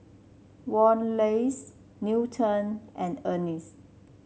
Wallace Newton and Ennis